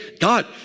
God